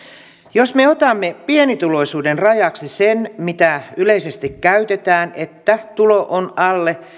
jos me otamme pienituloisuuden rajaksi sen mitä yleisesti käytetään että tulo on alle